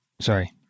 Sorry